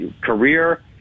career